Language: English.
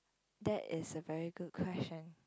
that is a very good question